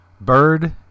Bird